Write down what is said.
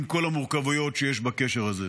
עם כל המורכבויות שיש בקשר הזה.